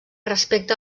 respecta